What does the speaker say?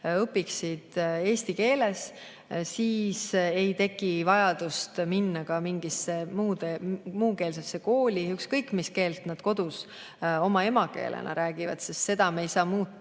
õpiksid eesti keeles. Siis ei teki vajadust minna mingisse muukeelsesse kooli, ükskõik mis keelt nad kodus emakeelena räägivad. [Emakeelt] me ei saa muuta,